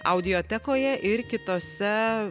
audiotekoje ir kitose